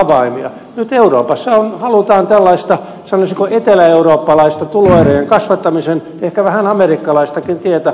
nyt euroopassa halutaan tällaista sanoisiko eteläeurooppalaista tuloerojen kasvattamisen ehkä vähän amerikkalaistakin tietä